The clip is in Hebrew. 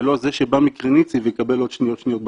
ולא זה שבא מקריניצי ויקבל עוד שלוש שניות ברמזור.